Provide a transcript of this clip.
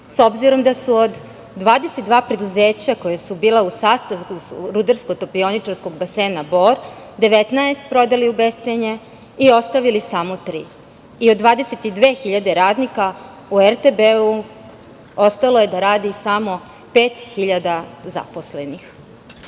s obzirom da su od 22 preduzeća koja su bila u sastavu Rudarsko-topioničarskog basena Bor 19 prodali u bescenje i ostavili samo tri. Od 22 hiljade radnika u RTB-u ostalo je da radi samo pet